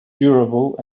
durable